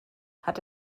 hat